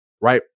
right